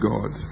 God